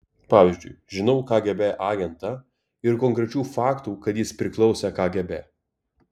pavyzdžiui žinau kgb agentą ir konkrečių faktų kad jis priklausė kgb